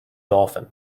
dolphin